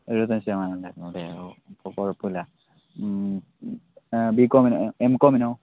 എഴുപത്തി അഞ്ച് ശതമാനം അല്ലെ ഒക്കെ ഓ അപ്പോൾ കുഴപ്പമില്ല ആ ബി കോമിന് എം കോമിനൊ